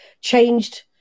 changed